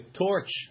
torch